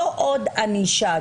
לא עוד ענישה.